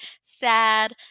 sad